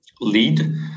lead